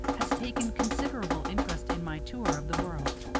has taken considerable interest in my tour of the world.